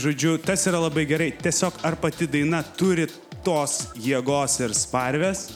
žodžiu tas yra labai gerai tiesiog ar pati daina turi tos jėgos ir smarvės